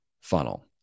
funnel